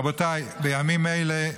רבותיי, בימים אלה,